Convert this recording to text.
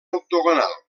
octogonal